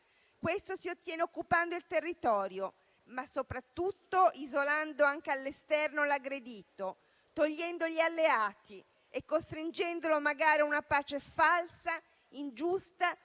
Questo si ottiene occupando il territorio, ma soprattutto isolando anche all'esterno l'aggredito, togliendogli alleati e costringendolo magari a una pace falsa, ingiusta,